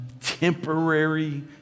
temporary